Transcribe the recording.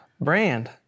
Brand